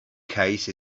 case